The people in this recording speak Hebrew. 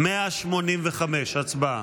הסתייגות 185. הצבעה.